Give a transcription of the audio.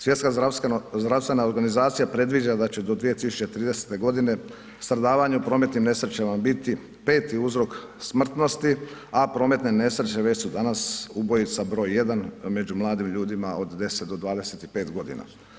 Svjetska zdravstvena organizacija predviđa da će do 2030. godine stradavanje u prometnim nesrećama biti peti uzrok smrtnosti, a prometne nesreće već su danas ubojica broj jedan među mladim ljudima od 10 do 25 godina.